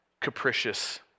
capricious